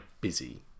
busy